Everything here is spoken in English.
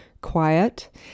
quiet